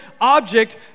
object